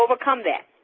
overcome that.